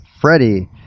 Freddie